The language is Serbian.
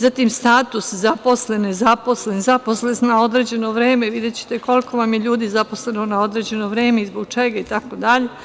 Zatim, status zaposlen, nezaposlen, zaposlen na određeno vreme, videćete koliko vam je ljudi zaposleno na određeno vreme i zbog čega itd.